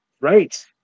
Right